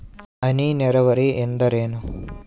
ಹನಿ ನೇರಾವರಿ ಎಂದರೇನು?